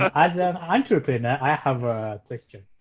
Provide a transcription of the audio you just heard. as an entrepreneur, i have a question.